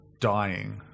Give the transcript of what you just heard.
dying